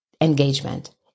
engagement